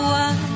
one